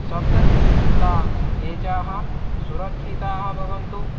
सब्दस्ता भेचाः सुरक्षिताः भवन्तु